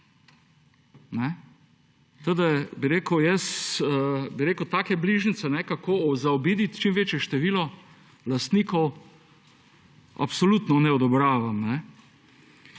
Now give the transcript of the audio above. da bi rekel jaz, take bližnjice, kako zaobiti čim večje število lastnikov absolutno ne odobravam.